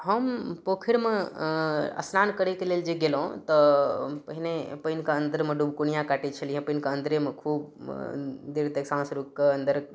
हम पोखरिमे स्नान करैके लेल जे गेलहुँ तऽ हम पहिने पानिके अन्दरमे डुबकुनियाँ काटैत छलियै हँ पानिके अन्दरमे खूब देर तक साँस रोकि कऽ अन्दर